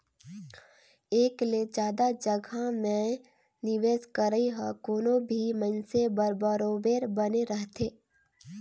एक ले जादा जगहा में निवेस करई ह कोनो भी मइनसे बर बरोबेर बने रहथे